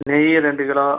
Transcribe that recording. நெய் ரெண்டு கிலோ